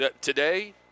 today